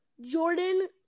Jordan